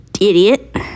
idiot